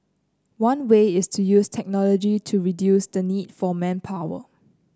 one way is to use technology to reduce the need for manpower